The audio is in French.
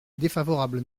défavorable